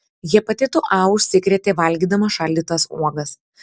hepatitu a užsikrėtė valgydama šaldytas uogas